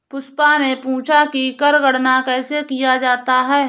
पुष्पा ने पूछा कि कर गणना कैसे किया जाता है?